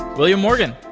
william morgan,